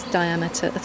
diameter